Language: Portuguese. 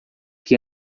que